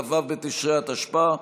כ"ו בתשרי התשפ"א,